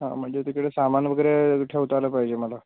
हं म्हणजे तिकडे सामान वगैरे ठेवता आलं पाहिजे मला